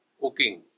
cooking